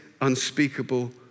unspeakable